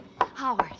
Howard